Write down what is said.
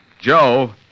Joe